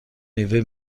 میوه